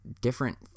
different